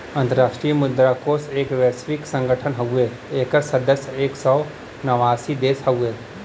अंतराष्ट्रीय मुद्रा कोष एक वैश्विक संगठन हउवे एकर सदस्य एक सौ नवासी देश हउवे